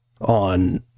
on